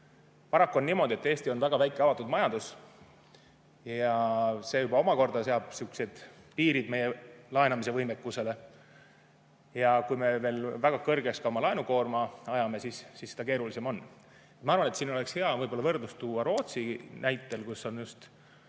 Paraku on niimoodi, et Eesti on väga väike avatud majandus, ja see juba omakorda seab piirid meie laenamise võimekusele. Kui me veel väga kõrgeks ka oma laenukoorma ajame, siis seda keerulisem on. Ma arvan, et siin oleks hea võrdlus tuua Rootsiga, kus on just